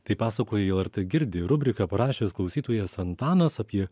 tai pasakojo į lrt girdi rubriką parašęs klausytojas antanas apie